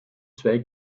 zwei